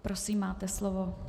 Prosím, máte slovo.